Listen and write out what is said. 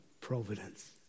providence